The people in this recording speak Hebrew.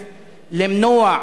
למנוע,